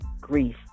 Grief